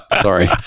sorry